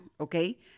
okay